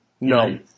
No